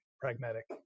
pragmatic